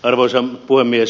arvoisa puhemies